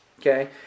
Okay